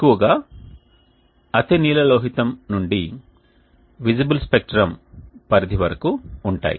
ఎక్కువగా అతినీలలోహితం నుండి కనిపించే పరిధి వరకు ఉంటాయి